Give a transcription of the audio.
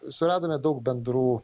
suradome daug bendrų